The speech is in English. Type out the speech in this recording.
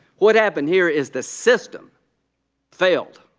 what happened here is the system failed.